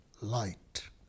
light